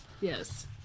Yes